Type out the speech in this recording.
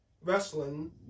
wrestling